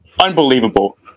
Unbelievable